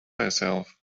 yourself